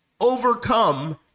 overcome